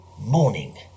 Morning